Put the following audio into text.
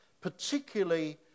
particularly